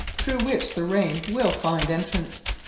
through which the rain will find entrance.